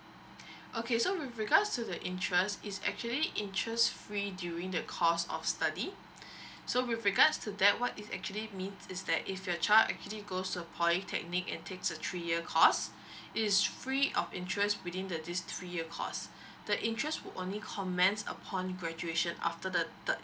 okay so with regards to the interest is actually interest free during the course of study so with regards to that what it actually means is that if your child actually goes to a polytechnic and takes a three year course it is free of interest within the this three year course the interest will only commence upon graduation after the third